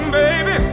baby